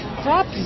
crop